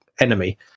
enemy